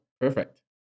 Perfect